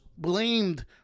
Blamed